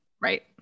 Right